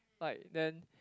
like then